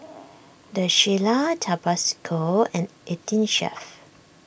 the Shilla Tabasco and eighteen Chef